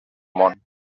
món